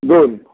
दोन